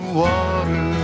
water